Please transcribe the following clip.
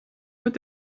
mit